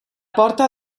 porta